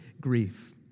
grief